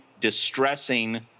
distressing